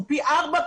שהוא פי ארבעה,